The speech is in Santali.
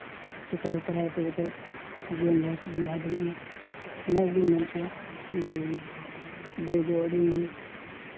ᱡᱚᱛᱚᱦᱚᱲ ᱯᱟᱲᱦᱟᱣ ᱠᱟᱛᱮ ᱡᱟᱛᱮ ᱡᱤᱭᱚᱱ ᱞᱟᱦᱟ ᱥᱮᱫ ᱞᱟᱦᱟ ᱫᱟᱲᱮᱜ ᱢᱟ ᱱᱚᱣᱟ ᱠᱚᱜᱤᱧ ᱧᱮᱞ ᱦᱚᱪᱚᱭᱟ ᱡᱮ ᱵᱳᱭ ᱫᱚ ᱟᱹᱰᱤ